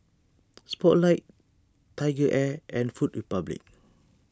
Spotlight TigerAir and Food Republic